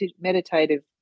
meditative